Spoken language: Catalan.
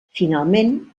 finalment